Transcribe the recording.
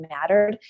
mattered